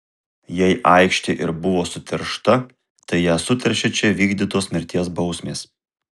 jei aikštė ir buvo suteršta tai ją suteršė čia vykdytos mirties bausmės